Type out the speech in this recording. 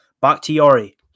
Bakhtiari